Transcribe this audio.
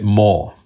more